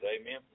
amen